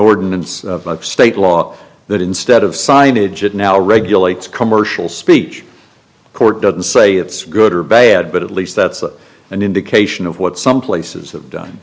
ordinance state law that instead of signage it now regulates commercial speech court doesn't say it's good or bad but at least that's an indication of what some places have done